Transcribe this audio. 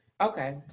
Okay